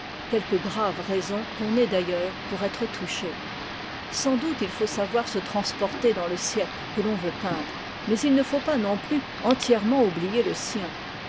quelque grave raison qu'on ait d'ailleurs pour être touché sans doute il faut savoir se transporter dans le siècle que l'on veut peindre mais it ne faut pas non plus entièrement oublier le sien